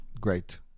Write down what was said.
great